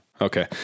Okay